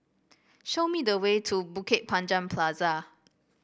show me the way to Bukit Panjang Plaza